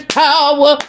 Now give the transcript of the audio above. power